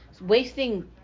wasting